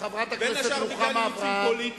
בין השאר בגלל אילוצים פוליטיים,